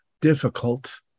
difficult